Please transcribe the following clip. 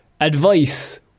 advice